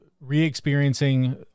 re-experiencing